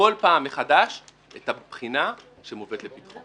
כל פעם מחדש את הבחינה שמובאת לפתחו.